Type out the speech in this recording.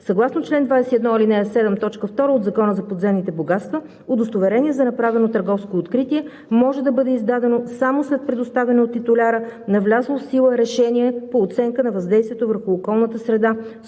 Съгласно чл. 21, ал. 7, т. 2 от Закона за подземните богатства удостоверение за направено търговско откритие може да бъде издадено само след предоставено от титуляра на влязло в сила решение по оценка на въздействието върху околната среда,